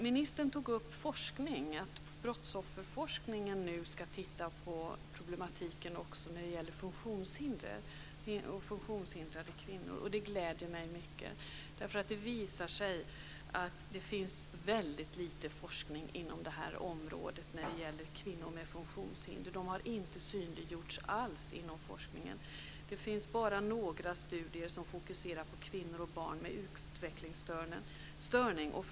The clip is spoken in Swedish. Ministern tog upp forskningen och sade att man inom brottsofferforskningen nu ska titta närmare på problematiken också när det gäller funktionshindrade kvinnor. Det gläder mig mycket. Det visar sig nämligen att det finns väldigt lite forskning inom området kvinnor med funktionshinder. De har inte synliggjorts alls inom forskningen. Det finns bara några studier som fokuserar på kvinnor och barn med utvecklingsstörningar.